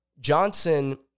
Johnson